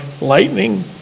lightning